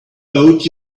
boat